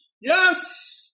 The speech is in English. Yes